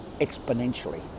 exponentially